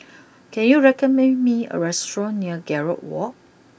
can you recommend me a restaurant near Gallop walk